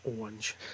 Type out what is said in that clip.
orange